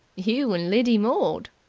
you and lidy mord.